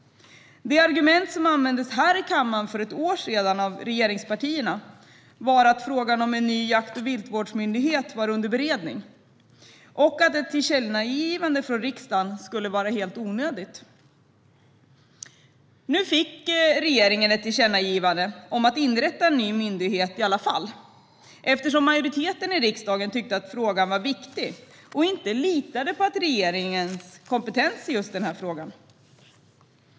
Det argument som användes här i kammaren för ett år sedan av regeringspartierna var att frågan om en ny jakt och viltvårdsmyndighet var under beredning och att ett tillkännagivande från riksdagen skulle vara helt onödigt. Nu fick regeringen i alla fall ett tillkännagivande om att inrätta en ny myndighet eftersom majoriteten i riksdagen tyckte att frågan var viktig och inte litade på regeringens kompetens i frågan.